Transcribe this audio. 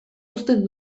uzten